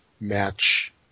match